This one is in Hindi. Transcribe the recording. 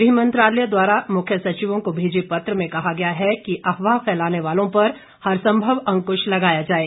गृह मंत्रालय द्वारा मुख्य सचिवों को भेजे पत्र में कहा गया है कि अफवाह फैलाने वालों पर हरंसभव अंकृश लगाया जाये